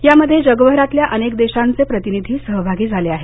यामध्ये जगभरातल्या अनेक देशांचे प्रतिनिधी सहभागी झाले आहेत